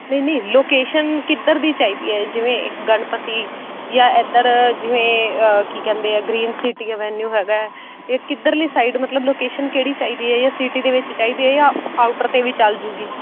ਨਹੀਂ ਨਹੀਂ ਲੋਕੇਸ਼ਨ ਕਿੱਧਰ ਦੀ ਚਾਹੀਦੀ ਹੈ ਜਿਵੇਂ ਗਣਪਤੀ ਜਾਂ ਇੱਧਰ ਜਿਵੇਂ ਕੀ ਕਹਿੰਦੇ ਆ ਗਰੀਨ ਸਿਟੀ ਅਵੈਨਿਊ ਹੈਗਾ ਇਹ ਕਿੱਧਰਲੀ ਸਾਈਡ ਮਤਲਬ ਲੋਕੇਸ਼ਨ ਕਿਹੜੀ ਚਾਹੀਦੀ ਹੈ ਜਾਂ ਸਿਟੀ ਦੇ ਵਿੱਚ ਚਾਹੀਦੇ ਆ ਆਊਟਰ 'ਤੇ ਵੀ ਚੱਲਜੂਗੀ